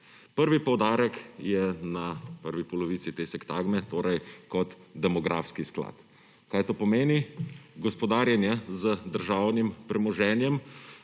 Prvi poudarek je na prvo polovici te sektagme, torej kot demografski sklad. Kaj to pomeni? Gospodarjenje z državnim premoženjem